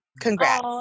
Congrats